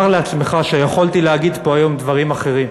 לעצמך: יכולתי להגיד פה היום דברים אחרים.